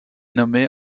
nommée